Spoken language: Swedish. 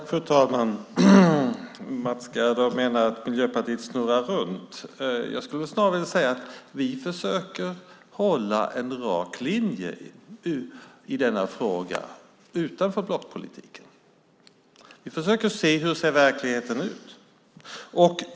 Fru talman! Mats Gerdau menar att Miljöpartiet snurrar runt. Jag skulle snarare säga att vi försöker hålla en rak linje i denna fråga, utanför blockpolitiken. Vi försöker se hur verkligheten ser ut.